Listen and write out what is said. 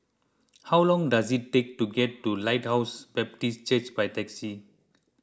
how long does it take to get to Lighthouse Baptist Church by taxi